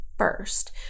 First